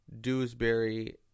Dewsbury